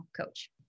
coach